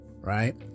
right